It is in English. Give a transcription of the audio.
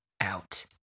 Out